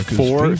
four